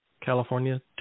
California